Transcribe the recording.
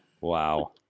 Wow